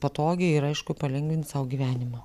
patogiai ir aišku palengvint sau gyvenimą